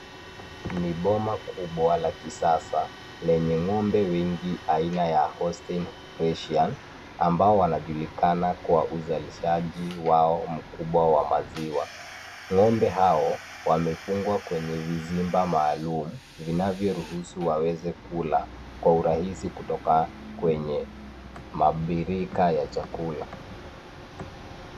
Ni boma kubwa la kisasa lenye ng'ombe wengi aina ya hosten freshian ambao wanajulikana kwa uzalishaji wao mkubwa wa maziwa, ng'ombe hao wamefungwa kwenye vizimba maalum vinavyoruhusu waweze kula kwa urahisi kutoka kwenye mabirika ya chakula.